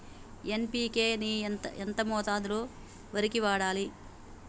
NPK ని ఎంత మోతాదులో వరికి వాడాలి?